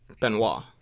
Benoit